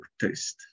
taste